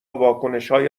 واکنشهای